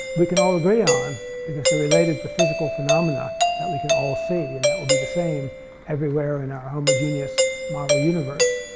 we can all agree on because they're related to physical phenomena that we can all see and that will be the same everywhere in our homogeneous model universe.